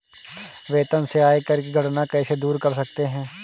वेतन से आयकर की गणना कैसे दूर कर सकते है?